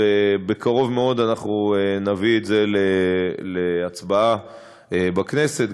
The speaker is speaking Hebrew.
ובקרוב מאוד אנחנו נביא את זה להצבעה בכנסת,